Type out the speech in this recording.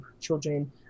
children